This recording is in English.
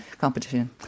competition